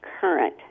Current